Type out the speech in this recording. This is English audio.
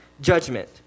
judgment